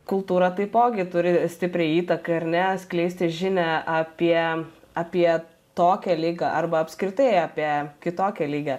kultūra taipogi turi stiprią įtaką ar ne skleisti žinią apie apie tokią ligą arba apskritai apie kitokią ligią